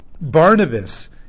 Barnabas